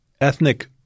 ethnic